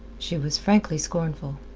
she was frankly scornful.